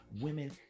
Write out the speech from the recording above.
women